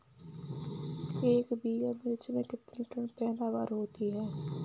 एक बीघा मिर्च में कितने टन पैदावार होती है?